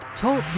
TALK